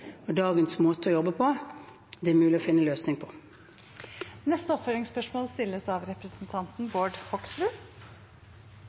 og dagens måte å jobbe på er mulig å finne en løsning på. Bård Hoksrud – til oppfølgingsspørsmål.